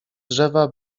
drzewa